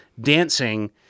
dancing